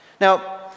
Now